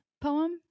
poem